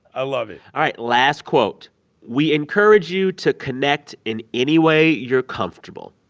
i love it all right. last quote we encourage you to connect in any way you're comfortable,